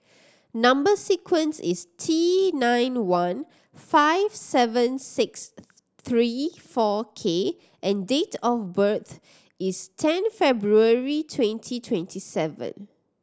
number sequence is T nine one five seven six three four K and date of birth is ten February twenty twenty seven